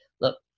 Look